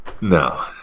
No